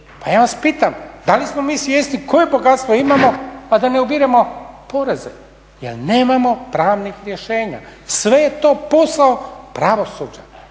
Pa ja vas pitam, da li smo mi svjesni koje bogatstvo imamo a da ne ubiremo poreze jer nemamo pravnih rješenja. Sve je to posao pravosuđa